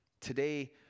Today